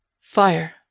Fire